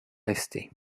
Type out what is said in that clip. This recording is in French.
rester